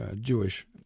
Jewish